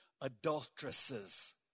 adulteresses